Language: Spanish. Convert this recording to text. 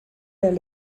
del